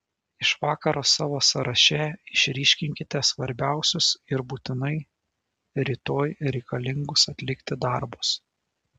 iš vakaro savo sąraše išryškinkite svarbiausius ir būtinai rytoj reikalingus atlikti darbus